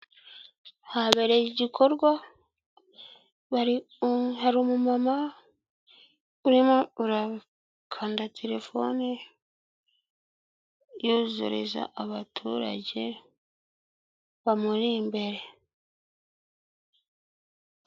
Habereye igikorwa hari umumama ukanda telefoni yuzureza abaturage bamuri imbere.